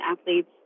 athletes